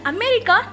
America